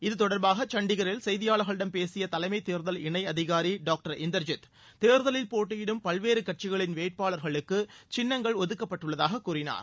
இது தொடர்பாக சண்டிகரில் செய்தியாளர்களிடம் பேசிய தலைமை தேர்தல் இணை அதிகாரி டாக்டர் இந்தர்ஜித் தேர்தலில் போட்டியிடும் பல்வேறு கட்சிகளின் வேட்பாளர்களுக்கு சின்னங்கள் ஒதுக்கப்பட்டுள்ளதாக கூறினார்